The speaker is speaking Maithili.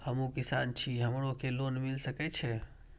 हमू किसान छी हमरो के लोन मिल सके छे?